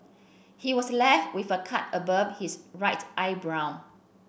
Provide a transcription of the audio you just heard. he was left with a cut above his right eyebrow